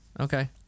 Okay